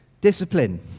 discipline